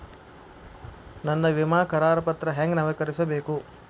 ನನ್ನ ವಿಮಾ ಕರಾರ ಪತ್ರಾ ಹೆಂಗ್ ನವೇಕರಿಸಬೇಕು?